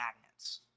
magnets